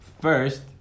first